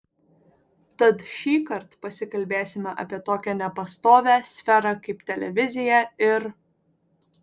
tad šįkart pasikalbėsime apie tokią nepastovią sferą kaip televizija ir